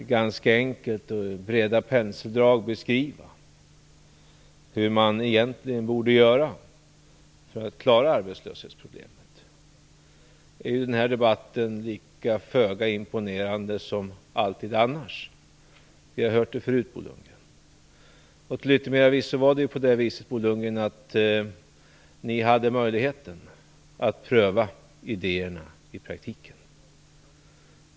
Det är ganska enkelt att med breda penseldrag beskriva hur man egentligen borde göra för att klara arbetslöshetsproblemet. Det är i den här debatten lika föga imponerande som alltid annars. Vi har hört det förut, Bo Till yttermera visso hade ni, Bo Lundgren, möjlighet att pröva idéerna i praktiken.